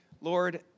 Lord